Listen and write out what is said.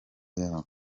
yabo